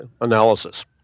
analysis